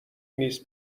نیز